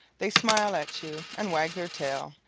they smile at you and wag their tail,